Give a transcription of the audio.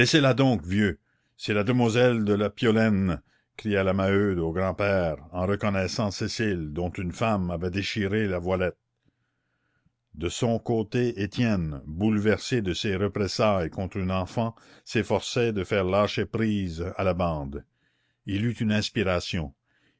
laissez-la donc vieux c'est la demoiselle de la piolaine cria la maheude au grand-père en reconnaissant cécile dont une femme avait déchiré la voilette de son côté étienne bouleversé de ces représailles contre une enfant s'efforçait de faire lâcher prise à la bande il eut une inspiration